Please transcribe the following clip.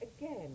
again